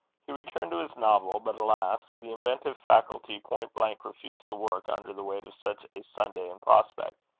he returned to his novel but, alas! the inventive faculty point-blank refused to work under the weight of such a sunday in prospect.